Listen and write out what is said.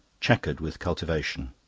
chequered with cultivation.